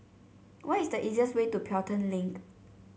what is the easiest way to Pelton Link